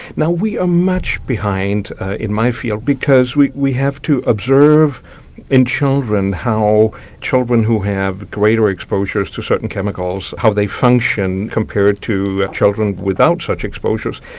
now we are much behind in my field because we we have to observe in children how children who have greater exposures to certain chemicals how they function compared to ah children without such exposures.